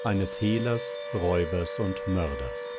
eines hehlers räubers und mörders